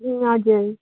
ए हजुर